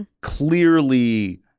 clearly